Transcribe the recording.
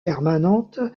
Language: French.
permanente